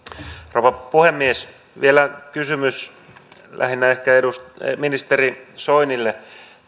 rouva puhemies vielä kysymys lähinnä ehkä ministeri soinille